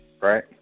right